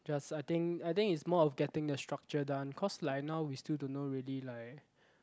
just I think I think it's more of getting the structure done cause like now we still don't know really like